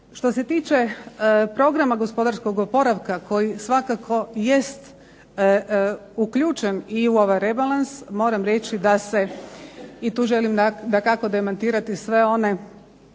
Što se tiče programa gospodarskog oporavka koji svakako jest uključen i u ovaj rebalans, moram reći da se i tu želim dakako demantirati sve one